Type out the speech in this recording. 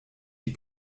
die